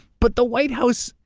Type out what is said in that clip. but the white house,